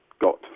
got